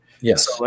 Yes